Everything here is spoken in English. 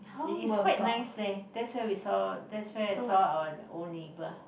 it is quite nice leh that's where we saw that's where we saw our old neighbour